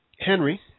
Henry